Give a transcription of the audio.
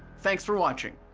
thanks for watching!